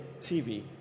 tv